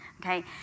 okay